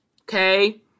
okay